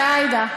ועאידה.